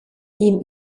ihm